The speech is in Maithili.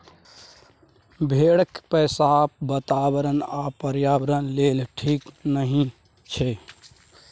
भेड़ा केँ पोसब बाताबरण आ पर्यावरण लेल ठीक नहि छै